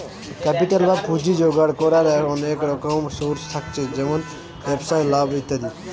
capital বা পুঁজি জোগাড় কোরার অনেক রকম সোর্স থাকছে যেমন ব্যবসায় লাভ ইত্যাদি